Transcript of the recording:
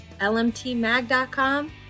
lmtmag.com